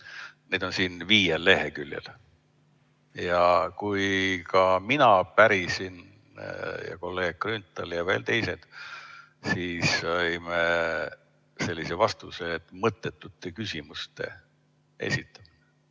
Neid on siin viiel leheküljel. Ja kui mina pärisin ja kolleeg Grünthal ja veel teised, siis saime sellise vastuse, et mõttetuid küsimusi esitate.